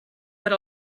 per